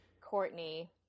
Courtney